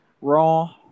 Raw